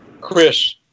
Chris